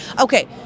okay